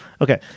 Okay